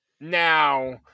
now